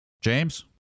James